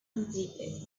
completed